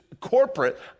corporate